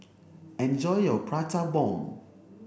enjoy your Prata Bomb